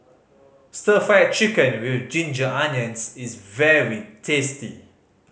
Stir Fried Chicken With Ginger Onions is very tasty